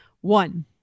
One